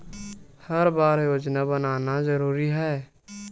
हर बार योजना बनाना जरूरी है?